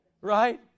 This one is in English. Right